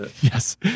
Yes